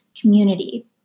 community